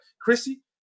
chrissy